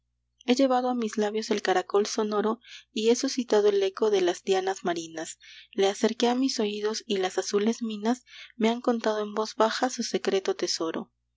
he llevado a mis labios el caracol sonoro y he suscitado el eco de las dianas marinas le acerqué a mis oídos y las azules minas me han contado en voz baja su secreto tesoro